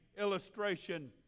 illustration